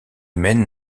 humaine